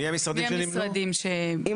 מי המשרדים שנמנו?